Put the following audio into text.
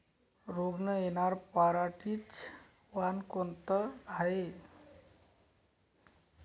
रोग न येनार पराटीचं वान कोनतं हाये?